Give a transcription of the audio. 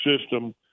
system